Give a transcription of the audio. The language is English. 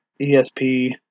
ESP